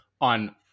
on